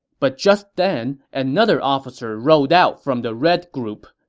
but just then, another officer rode out from the red group.